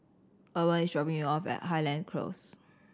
Urban is dropping me off at Highland Close